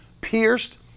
pierced